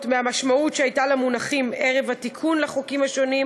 מהמשמעות שהייתה למונחים ערב התיקון לחוקים השונים,